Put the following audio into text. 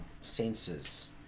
senses